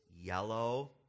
yellow